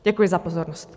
Děkuji za pozornost.